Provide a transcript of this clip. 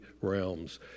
realms